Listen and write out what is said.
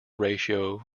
ratio